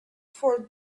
for